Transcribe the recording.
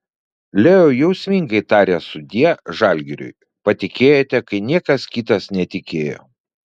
leo jausmingai tarė sudie žalgiriui patikėjote kai niekas kitas netikėjo